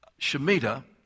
Shemitah